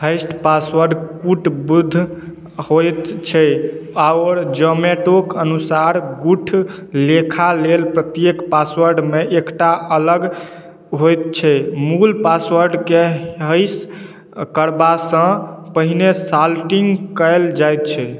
hatched password कूटबुद्ध होयत छै आओर जोमैटोक अनुसार गूठलेखा लेल प्रत्येक पासवर्डमे एकटा अलग होयत छै मूल पासवर्डकेँ हैश करबासँ पहिने साल्टिंग कयल जाइत छै